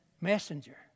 messenger